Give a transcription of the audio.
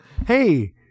Hey